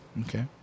Okay